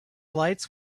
lights